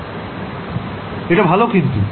ছাত্র ছাত্রীঃ এটা ভালো কিন্তু